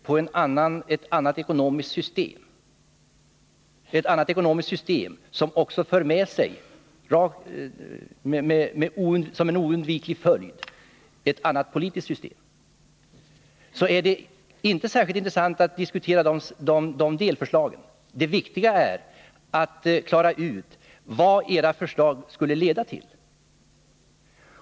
Hermansson, faktiskt bygger på ett ekonomiskt system som oundvikligen för med sig ett annat politiskt system, så är det inte särskilt intressant att diskutera dessa delförslag. Det viktiga är att klara ut vad era förslag skulle leda till.